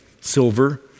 silver